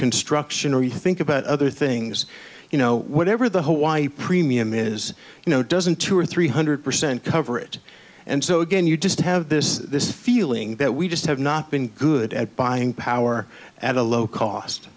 construction or you think about other things you know whatever the hawaii premium is you know dozen two or three hundred percent coverage and so again you just have this this feeling that we just have not been good at buying power at a low cost